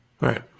Right